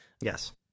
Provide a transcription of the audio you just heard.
Yes